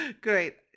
Great